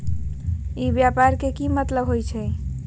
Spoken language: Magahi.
ई व्यापार के की मतलब होई छई?